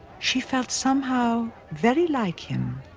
she felt somehow very like him.